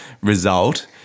result